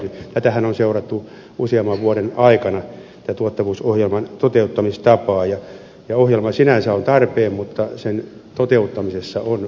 tätä tuottavuusohjelman toteuttamistapaahan on seurattu usean vuoden aikana ja ohjelma sinänsä on tarpeen mutta sen toteuttamisessa on puutteita